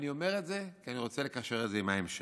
אני אומר את זה כי אני רוצה לקשר את זה עם ההמשך.